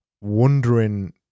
wondering